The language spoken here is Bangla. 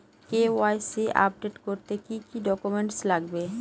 কে.ওয়াই.সি আপডেট করতে কি কি ডকুমেন্টস লাগবে?